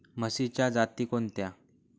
म्हशीच्या जाती कोणत्या?